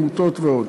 עמותות ועוד.